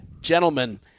Gentlemen